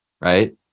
right